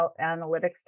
Analytics